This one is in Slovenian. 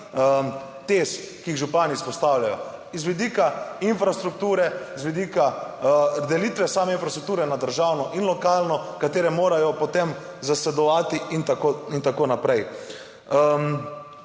tez, ki jih župani izpostavljajo, z vidika infrastrukture, z vidika delitve same infrastrukture na državno in lokalno, katere morajo potem zasledovati in tako naprej.